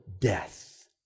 death